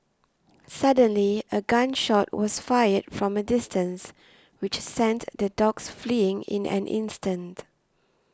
suddenly a gun shot was fired from a distance which sent the dogs fleeing in an instant